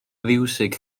fiwsig